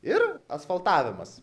ir asfaltavimas